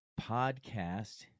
podcast